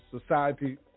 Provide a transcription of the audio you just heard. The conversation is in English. society